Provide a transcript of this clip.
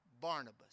Barnabas